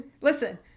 listen